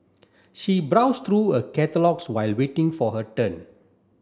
she browsed through a catalogues while waiting for her turn